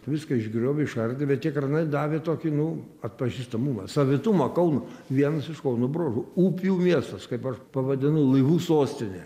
viską išgriovė išardė bet tie kranai davė tokį nu atpažįstamumą savitumą kauno vienas iš kauno bruožų upių miestas kaip aš pavadinu laivų sostinė